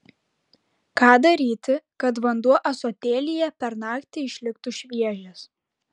ką daryti kad vanduo ąsotėlyje per naktį išliktų šviežias